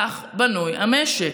כך בנוי המשק.